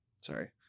Sorry